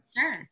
Sure